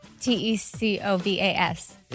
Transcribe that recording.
T-E-C-O-V-A-S